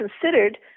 considered